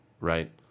right